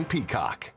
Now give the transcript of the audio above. Peacock